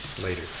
later